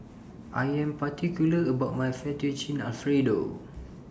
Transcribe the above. I Am particular about My Fettuccine Alfredo